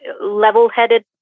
level-headed